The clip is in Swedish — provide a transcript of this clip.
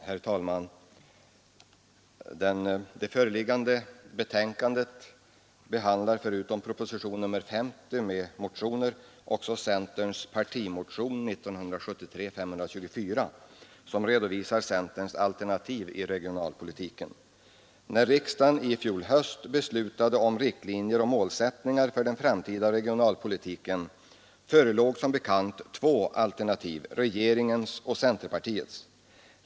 Herr talman! Det föreliggande betänkandet behandlar förutom proposition nr 50 med motioner också centerns partimotion 1973:524, som redovisar centerns alternativ i regionalpolitiken. När vi förra hösten beslutade om riktlinjer och målsättningar för den framtida regionalpolitiken, förelåg som bekant två alternativ — rege ringens och centerpartiets.